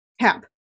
cap